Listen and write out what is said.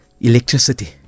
electricity